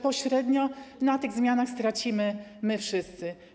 Pośrednio na tych zmianach stracimy wszyscy.